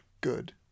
Good